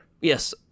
Yes